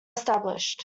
established